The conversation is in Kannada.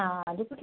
ಹಾಂ ಅದುಕುಡಿ